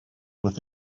with